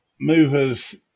movers